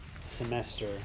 semester